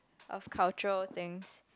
of cultural things